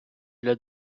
для